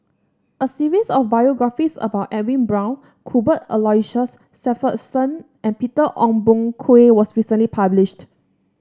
a series of biographies about Edwin Brown Cuthbert Aloysius Shepherdson and Peter Ong Boon Kwee was recently published